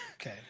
Okay